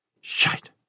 Shite